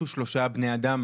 מתו שלושה בני אדם